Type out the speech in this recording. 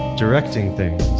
directing things.